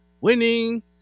Winning